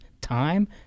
time